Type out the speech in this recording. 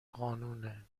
قانونه